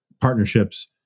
partnerships